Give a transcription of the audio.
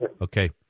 Okay